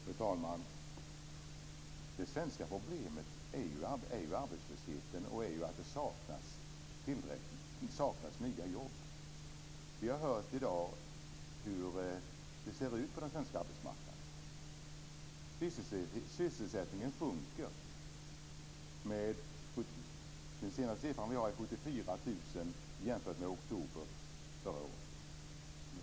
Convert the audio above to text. Fru talman! Det svenska problemet är arbetslösheten, och att det saknas nya jobb. Vi har hört i dag hur det ser ut på den svenska arbetsmarknaden. Sysselsättningen minskar. Den senaste siffran jag har är 74 000 lägre än i oktober förra året.